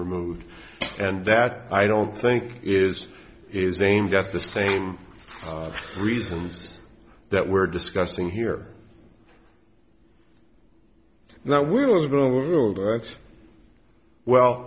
removed and that i don't think is is aimed at the same reasons that we're discussing here that we